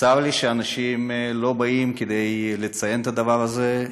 צר לי שאנשים לא באים כדי לציין את הדבר הזה,